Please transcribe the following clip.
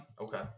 Okay